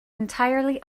entirely